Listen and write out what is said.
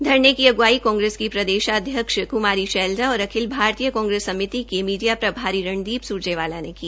धरने की अग्वाई कांग्रेस की प्रदेश अध्यक्ष कृमारी शैलजा और अखिल भारतीय कांग्रेस समिति के मीडिया प्रभारी रणदीप स्रजेवाला ने की